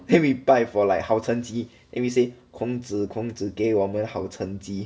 then we 拜 for like 好成绩 then we say 孔子孔子给我们好成绩